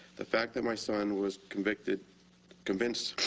the fact that my son was convicted convinced,